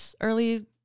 early